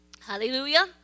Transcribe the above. Hallelujah